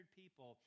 people